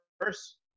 first